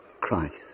Christ